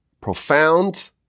profound